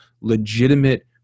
legitimate